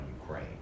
Ukraine